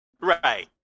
Right